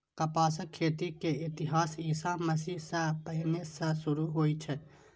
कपासक खेती के इतिहास ईशा मसीह सं पहिने सं शुरू होइ छै